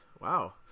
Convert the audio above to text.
Wow